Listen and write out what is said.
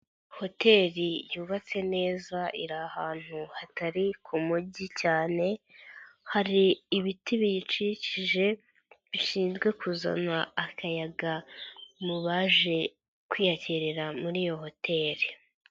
Hoteli yubatse neza iri ahantu hatari ku mugi cyane, hari ibiti biyikikije bishinzwe kuzana akayaga mu baje kwiyakirira muri iyo hoteli.